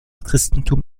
christentum